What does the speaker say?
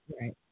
Right